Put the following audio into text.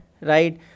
right